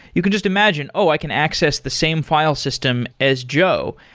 you can just imagine, oh! i can access the same file system as jo,